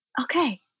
okay